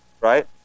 right